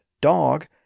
dog